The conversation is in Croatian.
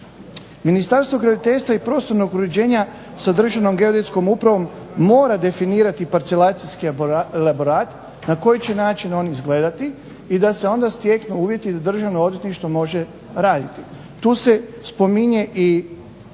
Ministarstvo graditeljstva i prostornog uređenja sa Državnom geodetskom upravom mora definirati parcelacijski elaborat, na koji će način on izgledati i da se onda steknu uvjeti da državno odvjetništvo može raditi. Tu se spominje i